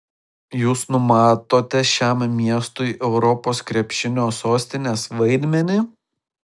jūs numatote šiam miestui europos krepšinio sostinės vaidmenį